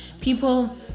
people